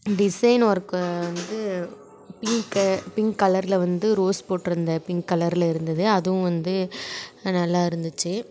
டிசைன்னு ஒர்க்கு வந்து pink pink கலரில் வந்து ரோஸ் போட்டிருந்த பிங்க் கலரில் இருந்தது அதுவும் வந்து நல்லா இருந்துச்சு